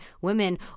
women